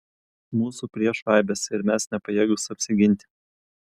mūsų priešų aibės ir mes nepajėgūs apsiginti